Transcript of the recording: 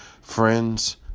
friends